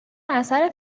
اثر